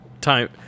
time